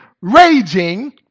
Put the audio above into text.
raging